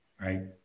Right